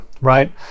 right